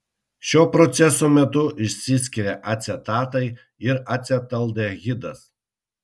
šio proceso metu išsiskiria acetatai ir acetaldehidas